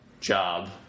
job